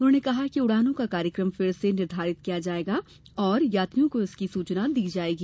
उन्होंने कहा कि उडानों का कार्यक्रम फिर से निर्धारित किया जाएगा और यात्रियों को इसकी सूचना दी जाएगी